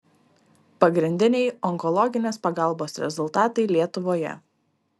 pagrindiniai onkologinės pagalbos rezultatai lietuvoje